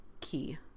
key